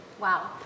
Wow